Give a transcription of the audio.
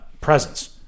presence